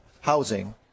housing